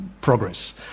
progress